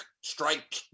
strike